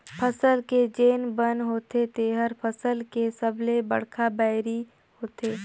फसल के जेन बन होथे तेहर फसल के सबले बड़खा बैरी होथे